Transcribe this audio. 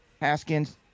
Haskins